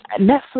Netflix